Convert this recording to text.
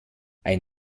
ein